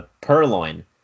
purloin